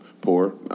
poor